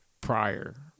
prior